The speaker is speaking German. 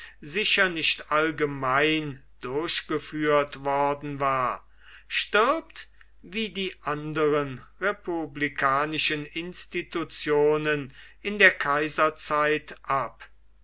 sicher nicht allgemein durchgeführt worden war stirbt wie die anderen republikanischen institutionen in der kaiserzeit ab